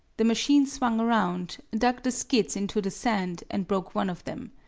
the machine swung around, dug the skids into the sand and broke one of them.